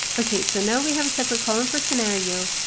okay, so now we have a separate column for scenario.